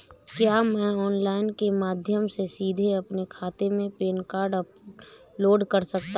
क्या मैं ऑनलाइन के माध्यम से सीधे अपने खाते में पैन कार्ड अपलोड कर सकता हूँ?